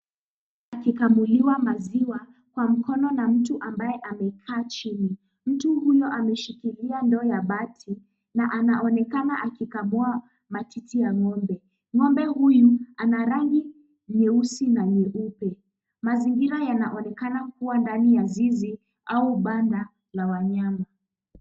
Ng'ombe akikamuliwa maziwa kwa mkono na mtu ambaye amekaa chini. Mtu huyo ameshikilia ndoo ya bati na anaonekana akikamua matiti ya ng'ombe. Ng'ombe huyu ana rangi nyeusi na nyeupe. Mazingira yanaonekana kuwa ndani ya zizi au banda la wanyama.